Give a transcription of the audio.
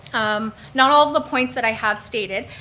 um not all of the points that i have stated.